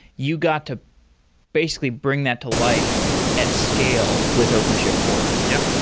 you got to basically bring that to life at scale with openshift four? yeah,